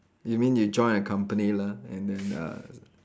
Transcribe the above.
you mean you join a company lah and then uh